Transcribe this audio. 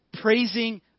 praising